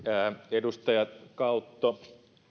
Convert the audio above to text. edustajat kautto